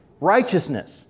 Righteousness